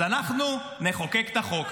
אז אנחנו נחוקק את החוק.